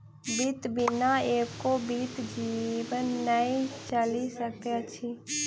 वित्त बिना एको बीत जीवन नै चलि सकैत अछि